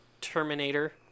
Terminator